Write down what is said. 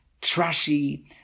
trashy